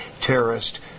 terrorist